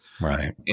Right